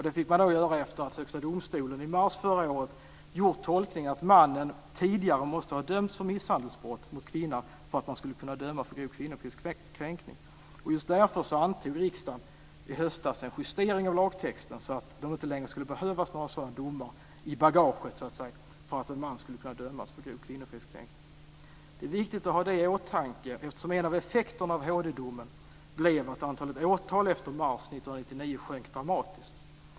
Det fick man göra efter att Högsta domstolen i mars förra året gjort tolkningen att mannen tidigare måste ha dömts för misshandelsbrott mot kvinnan för att man skulle kunna döma för grov kvinnofridskränkning. Och just därför antog riksdagen i höstas en justering av lagtexten, så att det inte längre skulle behövas några sådana domar i bagaget så att säga för att en man skulle kunna dömas för grov kvinnofridskränking. Det är viktigt att ha detta i åtanke, eftersom en av effekterna av HD-domen blev att antalet åtal efter mars 1999 sjönk dramatiskt.